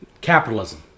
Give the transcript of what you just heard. Capitalism